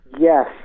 Yes